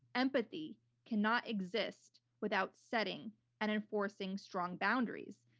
empathy cannot exist without setting and enforcing strong boundaries.